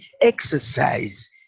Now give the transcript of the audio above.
exercise